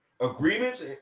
agreements